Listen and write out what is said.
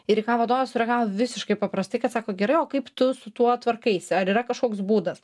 ir į ką vadovas sureagavo visiškai paprastai kad sako gerai o kaip tu su tuo tvarkaisi ar yra kažkoks būdas